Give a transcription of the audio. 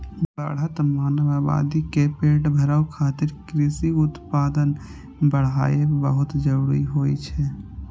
बढ़ैत मानव आबादी के पेट भरै खातिर कृषि उत्पादन बढ़ाएब बहुत जरूरी होइ छै